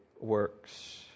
works